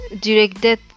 directed